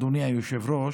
אדוני היושב-ראש,